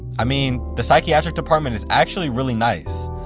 i mean, this psychiatric department is actually really nice.